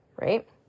right